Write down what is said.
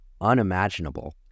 unimaginable